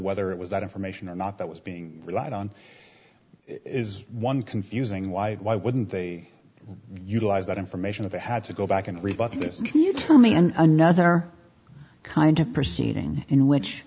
whether it was that information or not that was being lied on is one confusing why why wouldn't they utilize that information of they had to go back and rebut this can you tell me another kind of proceeding in which